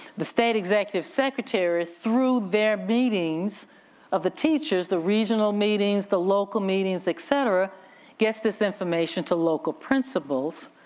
the state executive secretary through their meetings of the teachers. the regional meetings, the local meetings, et cetera, gets this information to local principals.